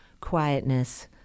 quietness